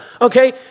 Okay